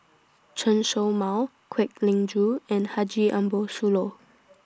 Chen Show Mao Kwek Leng Joo and Haji Ambo Sooloh